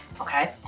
okay